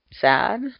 Sad